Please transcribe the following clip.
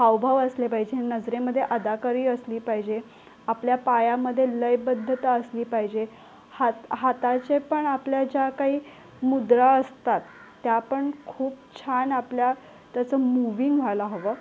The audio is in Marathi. हावभाव असले पाहिजे नजरेमध्ये अदाकारी असली पाहिजे आपल्या पायामध्ये लयबद्धता असली पाहिजे हात हाताचे पण आपल्या ज्या काही मुद्रा असतात त्या पण खूप छान आपल्या त्याचं मुव्हींग व्हायला हवं